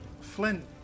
flint